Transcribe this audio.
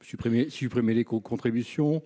supprimer l'éco-contribution,